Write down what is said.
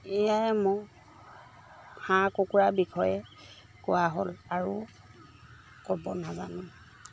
এয়াই মোৰ হাঁহ কুকুৰাৰ বিষয়ে কোৱা হ'ল আৰু ক'ব নাজানো